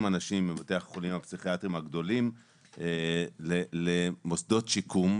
אנשים מבתי החולים הפסיכיאטריים הגדולים למוסדות שיקום,